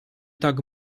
tak